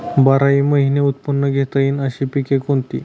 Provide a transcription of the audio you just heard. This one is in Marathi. बाराही महिने उत्पादन घेता येईल अशी पिके कोणती?